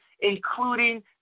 including